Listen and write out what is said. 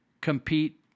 compete